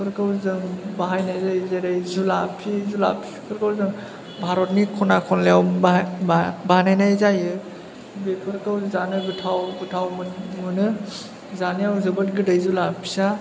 बेफोरखौ जों बाहायनाय जायो जेरै जुलापि जुलाफिफोरखौ जों भारतनि ख'ना खनलायाव बा बा बानायनाय जायो बेफोरखौ जानो गोथाव गोथाव मोनो जानायाव जोबोद गोदै जुलाफिआ